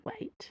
wait